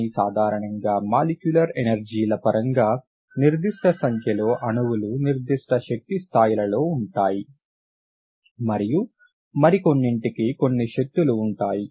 కానీ సాధారణంగా మాలిక్యులర్ ఎనర్జీల పరంగా నిర్దిష్ట సంఖ్యలో అణువులు నిర్దిష్ట శక్తి స్థాయిలలో ఉంటాయి మరియు మరికొన్నింటికి కొన్ని శక్తులు ఉంటాయి